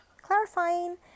clarifying